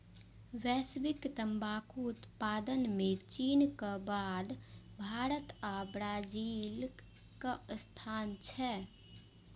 वैश्विक तंबाकू उत्पादन मे चीनक बाद भारत आ ब्राजीलक स्थान छै